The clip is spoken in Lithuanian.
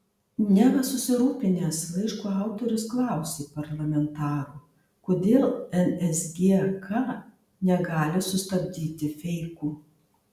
neva susirūpinęs laiško autorius klausė parlamentarų kodėl nsgk negali sustabdyti feikų